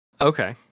Okay